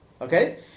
Okay